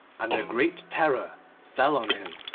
and a great terror fell on him,